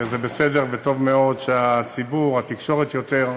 וזה בסדר וטוב מאוד שהציבור, התקשורת, יותר,